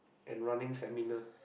and running seminar